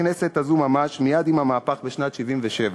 בכנסת הזאת ממש, מייד עם המהפך בשנת 1977,